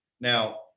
Now